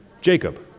Jacob